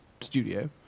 studio